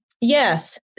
yes